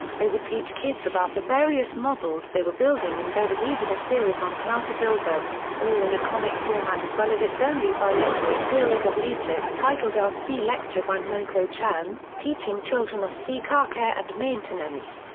they would teach kids about the various models they were building and there was even a series on how to build them, all in a comic format as well as its only bilingual series of leaflets titled ah rc lecture by moko chan, teaching children rc car care and maintenance.